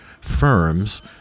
firms